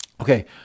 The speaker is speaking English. okay